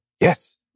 Yes